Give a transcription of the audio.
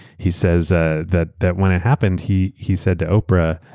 he says ah that that when it happened, he he said to oprah,